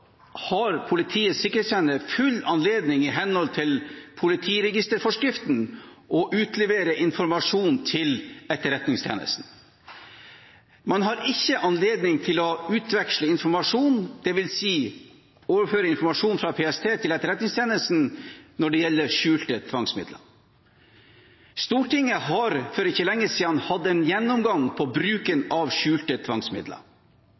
har Politiets sikkerhetstjeneste i henhold til politiregisterforskriften full anledning til å utlevere informasjon til Etterretningstjenesten. Man har ikke anledning til å utveksle informasjon, det vil si overføre informasjon fra PST til Etterretningstjenesten, når det gjelder skjulte tvangsmidler. Stortinget har for ikke lenge siden hatt en gjennomgang av bruken av skjulte tvangsmidler.